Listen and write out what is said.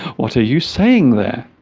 what are you saying there